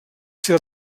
ser